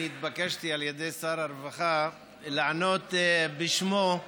אני התבקשתי על ידי שר הרווחה לענות בשמו,